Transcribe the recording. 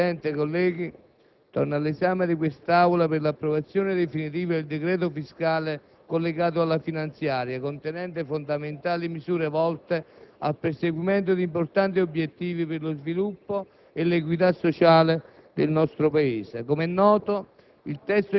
Signor Presidente, colleghi, torna all'esame di quest'Aula per l'approvazione definitiva il decreto fiscale collegato alla finanziaria, contenente fondamentali misure volte al perseguimento di importanti obiettivi per lo sviluppo e l'equità sociale